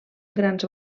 grans